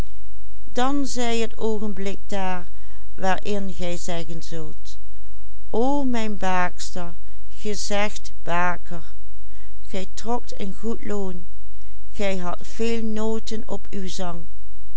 mijn baakster gezegd baker gij trokt een goed loon gij hadt veel noten op uw zang